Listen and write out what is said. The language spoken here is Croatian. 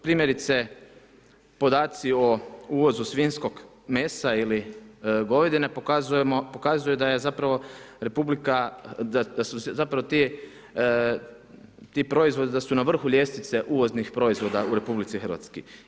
Primjerice, podaci o uvozu svinjskog mesa ili govedine pokazuju da je zapravo republika, da su zapravo ti proizvodi, da su na vrhu ljestvice uvoznih proizvoda u RH.